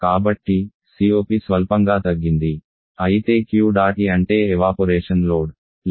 కాబట్టి COP స్వల్పంగా తగ్గింది అయితే Q డాట్ E అంటే ఎవాపొరేషన్ లోడ్ లేదా 7